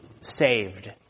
Saved